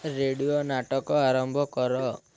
radio ନାଟକ ଆରମ୍ଭ କର